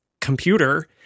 computer